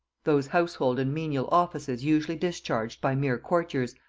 those household and menial offices usually discharged by mere courtiers,